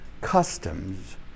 customs